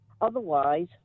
otherwise